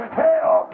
hell